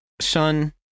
son